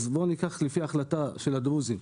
בואו ניקח לפי ההחלטה של הדרוזים,